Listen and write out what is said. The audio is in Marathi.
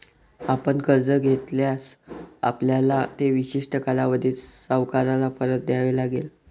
आपण कर्ज घेतल्यास, आपल्याला ते विशिष्ट कालावधीत सावकाराला परत द्यावे लागेल